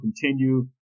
continue